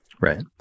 right